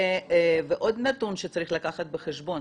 ועוד נתון שצריך לקחת בחשבון,